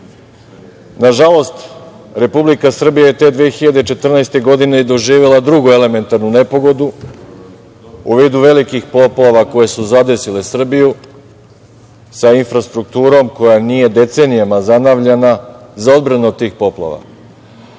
godine. Nažalost, Republika Srbija je te 2014. godine doživela drugu elementarnu nepogodu u vidu velikih poplava koje su zadesile Srbiju sa infrastrukturom koja nije decenijama zanovljena za odbranu od tih poplava,